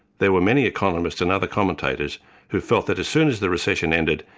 there were many economists and other commentators who felt that as soon as the recession ended,